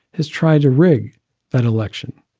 has tried to rig that election.